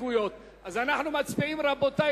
ההסתייגות לחלופין של קבוצת סיעת מרצ,